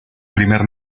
primer